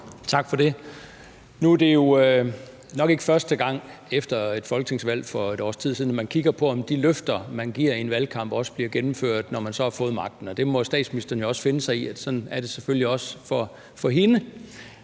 Tak for det. Nu er det jo nok ikke første gang efter et folketingsvalg for et års tid siden, at man kigger på, om de løfter, man giver i en valgkamp, også bliver gennemført, når man så har fået magten, og sådan må statsministeren jo selvfølgelig også finde sig at det er for hende.